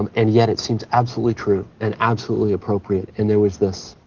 um and yet it seems absolutely true and absolutely appropriate. and there was this,